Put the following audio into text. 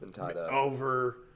over